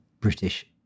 British